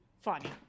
funny